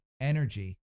energy